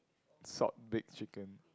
salt baked chicken